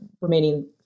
remaining